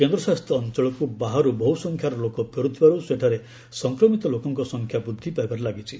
କେନ୍ଦ୍ର ଶାସିତ ଅଞ୍ଚଳକୁ ବାହାରୁ ବହୁ ସଂଖ୍ୟା ଲୋକ ଫେରୁଥିବାରୁ ସେଠାରେ ସଂକ୍ରମିତ ଲୋକଙ୍କ ସଂଖ୍ୟା ବୃଦ୍ଧି ପାଇବାରେ ଲାଗିଛି